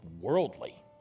worldly